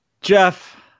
Jeff